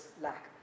lack